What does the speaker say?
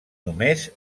només